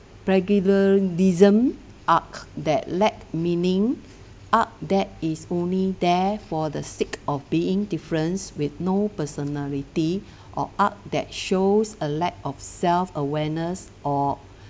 regularism art that lack meaning art that is only there for the sake of being difference with no personality or art that shows a lack of self-awareness or